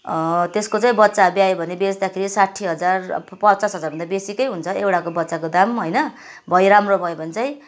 त्यसको चाहिँ बच्चा ब्यायो भने बेच्दाखेरि साट्ठी हजार पचास हजारभन्दा बेसीकै हुन्छ एउटाको बच्चाको दाम होइन भयो राम्रो भयो भने चाहिँ